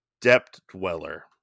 Depth-Dweller